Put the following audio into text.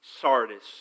Sardis